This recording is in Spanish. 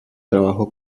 trabajó